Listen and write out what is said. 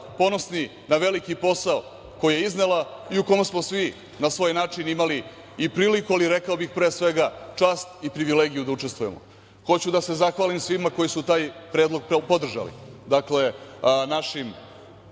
ponosni na veliki posao koji je iznela i u kom smo svi na svoj način imali i priliku, ali rekao bih pre svega, čast i privilegiju da učestvujemo.32/2 JJ/LŽHoću da se zahvalim svima koji su taj predlog podržali. Dakle, našim